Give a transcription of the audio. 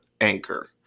Anchor